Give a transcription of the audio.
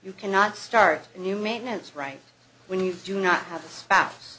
you cannot start a new maintenance right when you do not have a spouse